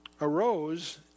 arose